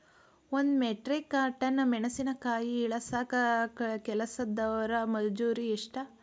ಒಂದ್ metric ton ಮೆಣಸಿನಕಾಯಿ ಇಳಸಾಕ್ ಕೆಲಸ್ದವರ ಮಜೂರಿ ಎಷ್ಟ?